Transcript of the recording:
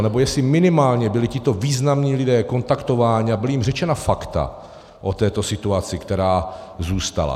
Nebo jestli minimálně byli tito významní lidé kontaktováni a byla jim řečena fakta o této situaci, která zůstala.